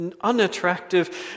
unattractive